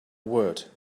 word